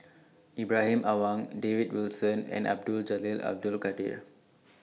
Ibrahim Awang David Wilson and Abdul Jalil Abdul Kadir